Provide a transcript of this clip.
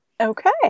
Okay